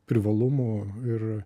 privalumų ir